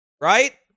Right